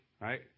right